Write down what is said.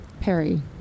Perry